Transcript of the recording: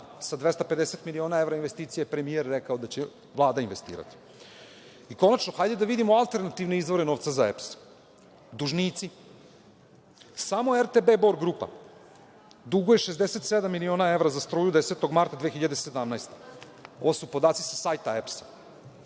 sa 250 miliona evra investicije premijer je rekao da će Vlada investirati. Konačno, hajde da vidimo alternativne izvore novca za EPS. Dužnici, samo RTB Bor grupa duguje 67 miliona evra za struju, 10. marta 2017. godine. Ovo su podaci sa sajta EPS.